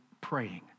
praying